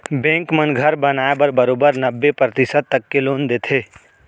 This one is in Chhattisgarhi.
बेंक मन घर बनाए बर बरोबर नब्बे परतिसत तक के लोन देथे